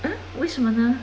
为什么呢